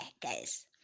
guys